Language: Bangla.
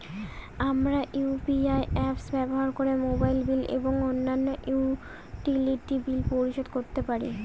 আমরা ইউ.পি.আই অ্যাপস ব্যবহার করে মোবাইল বিল এবং অন্যান্য ইউটিলিটি বিল পরিশোধ করতে পারি